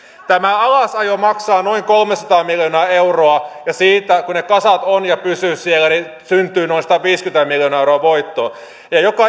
tämä alasajo maksaa noin kolmesataa miljoonaa euroa ja siitä kun ne kasat ovat ja pysyvät siellä syntyy noin sataviisikymmentä miljoonaa euroa voittoa ja joka